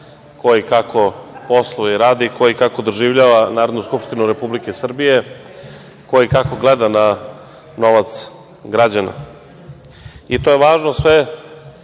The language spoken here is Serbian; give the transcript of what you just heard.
ko i kako posluje i radi, ko i kako doživljava Narodnu skupštinu Republike Srbije, ko i kako gleda na novac građana. To je sve važno u